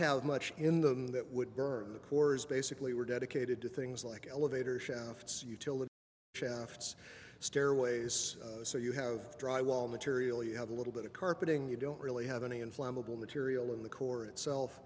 have much in them that would burn the cores basically were dedicated to things like elevator shafts utility shafts stairways so you have dry wall material you have a little bit of carpeting you don't really have any inflammable material in the core itself